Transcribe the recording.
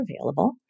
available